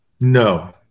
No